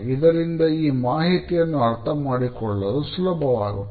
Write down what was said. ಇದರಿಂದ ಆ ಮಾಹಿತಿಯನ್ನು ಅರ್ಥ ಮಾಡಿಕೊಳ್ಳುವುದು ಸುಲಭವಾಗುತ್ತದೆ